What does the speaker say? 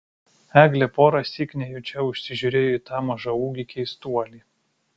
eglė porąsyk nejučia užsižiūrėjo į tą mažaūgį keistuolį